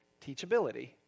teachability